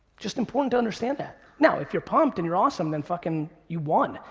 just important to understand that. now if you're pumped and you're awesome, then fucking, you won.